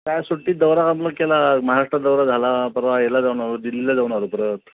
त्या सुट्टीत दौरा मग केला महाराष्ट्रात मग झाला परवा येला जाऊन आलो दिल्लीला जाऊन आलो परत